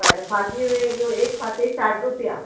कळ्ळें फाती एक फाती साठ रुपया